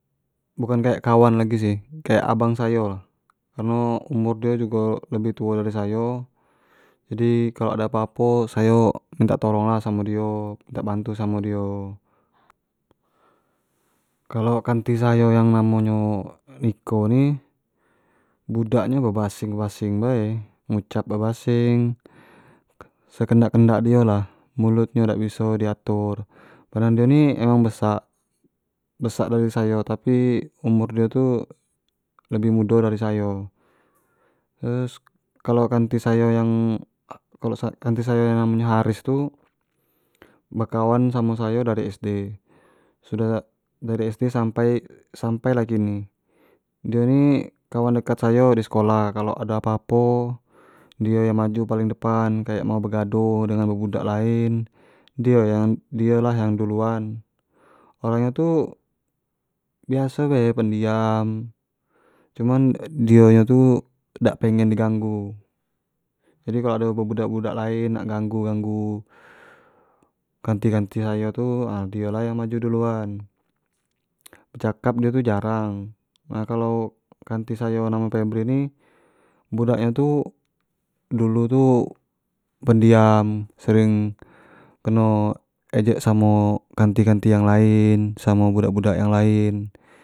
Bukan kayak kawan lagi sih, kayak abang sayo, kareno umur dio jugo leboh tuo dari sayo jadi kalau ado apo apo sayo minta tolong lah samo dio, minta bantu lah samo dio, kalau kanti sayo yang namo nyo niko ni budak nyo bebasing-basing be, ngucap bebasing sekendak kendak dio lah mulut nyo dak biso di atur, badan dio ni emang besak, besak dari sayo tapi umur dio tu lebih mudo dari sayo kalau kanti sayo yang namo nyo haris tu bekawan samo sayo dari sd, sudah dari sd sampai lah kini, dio ni kawan dekat sayo di sekolah, kalau ado apo apo dio yang maju paling depan kayak mau begaduh dengan Budak budak lain, dio yang dio lah yang duluan orang nyo tu biaso be pendiam, cuman di nyo tu dak pengen di ganggu jadi kalau ado Budak budak lain nak ganggu ganggu kanti kanti sayo tu ha dio lah yang maju duluan becakap dio tu jarang nah kalau kanti sayo yang nyp pebri ni budak nyo tu dulu tu pendiam sering keno ejek samo kanti kanti yang lain, samo Budak budak yang lain.